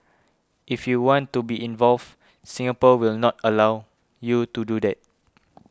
if you want to be involved Singapore will not allow you to do that